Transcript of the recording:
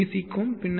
க்கும் பின்னர் டி